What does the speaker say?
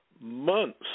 months